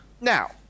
Now